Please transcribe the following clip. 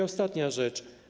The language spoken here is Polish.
Ostatnia rzecz.